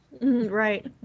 right